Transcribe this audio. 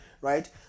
right